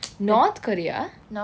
north korea